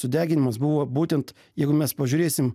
sudeginimas buvo būtent jeigu mes pažiūrėsim